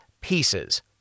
pieces